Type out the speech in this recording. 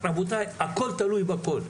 רבותיי, הכול תלוי בכול.